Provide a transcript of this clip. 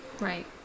Right